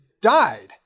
died